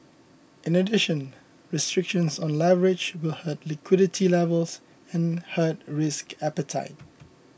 in addition restrictions on leverage will hurt liquidity levels and hurt risk appetite